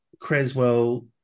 Creswell